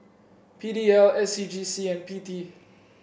P D L S C G C and P T